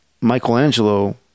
Michelangelo